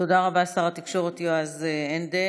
תודה רבה, שר התקשורת יועז הנדל.